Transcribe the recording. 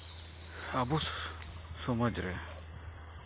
ᱟᱵᱚ ᱥᱚᱢᱟᱡᱽ ᱨᱮ